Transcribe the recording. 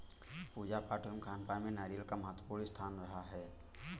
पूजा पाठ एवं खानपान में नारियल का महत्वपूर्ण स्थान रहा है